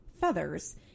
feathers